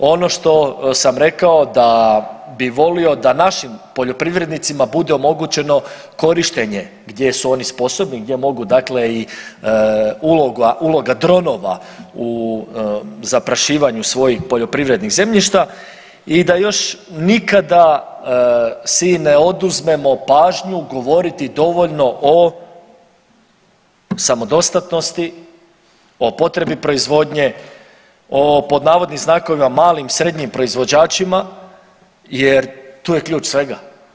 Ono što sam rekao da bih volio da našim poljoprivrednicima bude omogućeno korištenje gdje su oni sposobni, gdje mogu dakle i uloga dronova u zaprašivanju svojih poljoprivrednih zemljišta i da još nikada si ne oduzmemo pažnju govoriti dovoljno o samodostatnosti, o potrebi proizvodnje, o pod navodnim znakovima malim, srednjim proizvođačima jer tu je ključ svega.